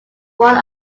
one